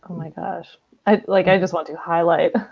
um i like i just want to highlight